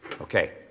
Okay